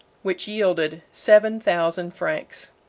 which yielded seven thousand francs.